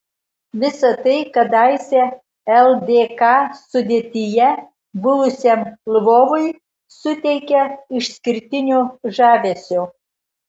visa tai kadaise ldk sudėtyje buvusiam lvovui suteikia išskirtinio žavesio